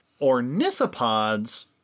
Ornithopods